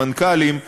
המנכ"לים,